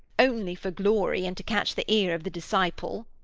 only for glory, and to catch the ear of the disciple.